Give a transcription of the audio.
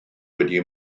wedi